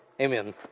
Amen